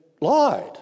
lied